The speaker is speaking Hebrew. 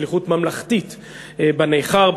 בשליחות ממלכתית בנכר,